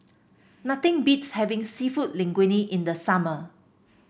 nothing beats having seafood Linguine in the summer